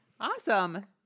awesome